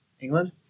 England